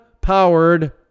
powered